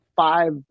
Five